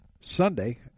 Sunday